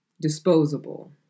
disposable